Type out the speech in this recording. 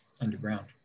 underground